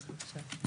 נכון,